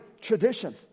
tradition